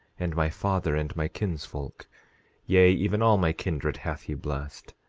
and my father and my kinsfolk yea, even all my kindred hath he blessed,